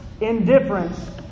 indifference